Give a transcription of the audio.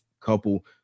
couple